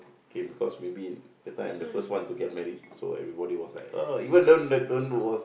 K because maybe that time the first one to get married so everybody was like uh even don't don't was